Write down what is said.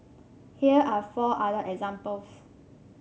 here are four other examples